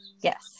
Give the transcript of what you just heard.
Yes